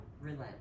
relent